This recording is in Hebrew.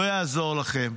לא יעזור לכם.